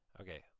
okay